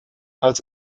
als